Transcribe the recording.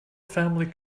family